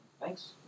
Thanks